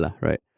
right